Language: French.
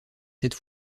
cette